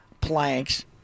Plank's